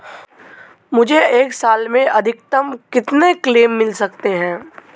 मुझे एक साल में अधिकतम कितने क्लेम मिल सकते हैं?